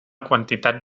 quantitat